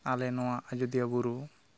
ᱟᱞᱮ ᱱᱚᱣᱟ ᱟᱡᱚᱫᱤᱭᱟᱹ ᱵᱩᱨᱩ